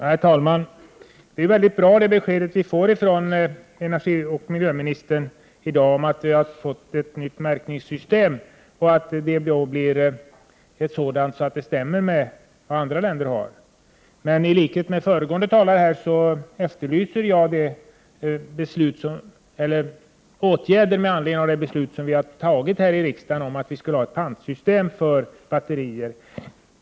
Herr talman! Det besked som vi i dag har fått från miljöoch energiministern om ett nytt märkningssystem som överensstämmer med andra länders är mycket bra. Men i likhet med föregående talare efterlyser jag åtgärder med anledning av det beslut som vi har fattat här i riksdagen om ett pantsystem för batterier.